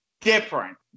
different